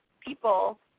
people